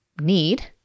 need